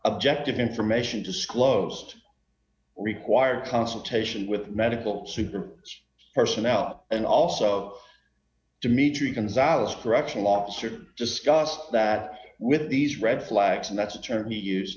objective information disclosed required consultation with medical super personnel and also dimitri comes out as correctional officer discuss that with these red flags and that's a term he used